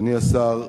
אדוני השר,